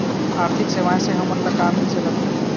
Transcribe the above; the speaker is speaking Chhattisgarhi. आर्थिक सेवाएं से हमन ला का मिल सकत हे?